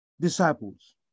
disciples